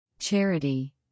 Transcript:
Charity